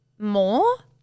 More